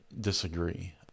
disagree